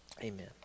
Amen